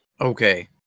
okay